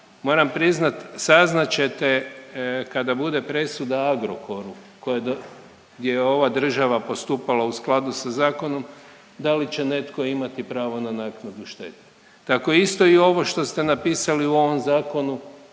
Moram priznat saznat ćete kada bude presuda Agrokoru gdje je ova država postupala u skladu sa zakonom da li će netko imati pravo na naknadu štete. Tako isto i ovo što ste napisali u ovom zakonu